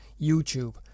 YouTube